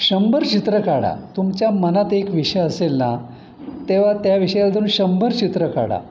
शंभर चित्रं काढा तुमच्या मनात एक विषय असेल ना तेव्हा त्या विषयात जाऊन शंभर चित्रं काढा